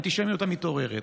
וראיתי את האנטישמיות המתעוררת.